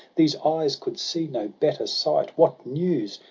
these eyes could see no better sight. what news?